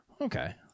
Okay